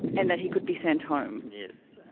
and that he could be sent home. yes.